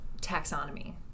taxonomy